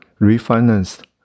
refinanced